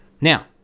Now